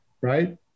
right